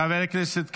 חבר הכנסת קריב,